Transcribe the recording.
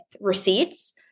receipts